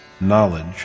knowledge